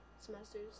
semesters